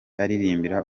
aririmbira